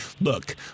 look